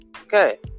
Okay